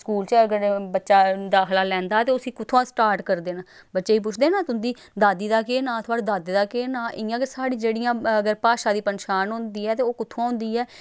school च अगर बच्चा दाखला लैंदा ते उसी कु'त्थुआं स्टार्ट करदे न बच्चें गी पुछदे ना तुं'दी दादी दा केह् नांऽ थुआढ़े दादे दा केह् नांऽ इयां गै साढ़ी जेह्ड़िां अगर भाशा दी पंछान होंदी ऐ ते ओह् कु'त्थुआं होंदी ऐ